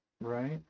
right